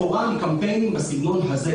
מקורה בקמפיינים בסגנון הזה,